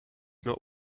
not